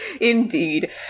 Indeed